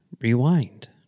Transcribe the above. rewind